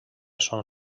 son